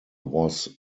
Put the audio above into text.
was